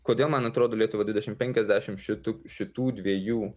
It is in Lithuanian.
kodėl man atrodo lietuva dvidešim penkiasdešim šitų šitų dviejų